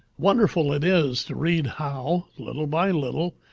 wonderful it is to read how, little by little,